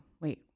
wait